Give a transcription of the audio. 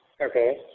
Okay